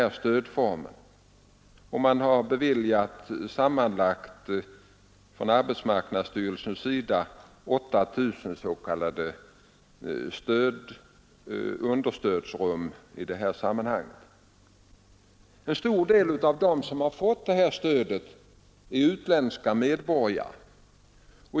Arbetsmarknadsstyrelsen har beviljat sammanlagt 8 000 s.k. understödsrum i det här sammanhanget. En stor del av dem som har fått sådant stöd är utländska medborgare.